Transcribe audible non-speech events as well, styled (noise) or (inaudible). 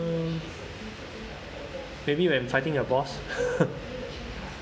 um maybe when fighting a boss (laughs)